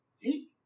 See